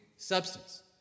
Substance